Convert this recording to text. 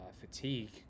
fatigue